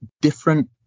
different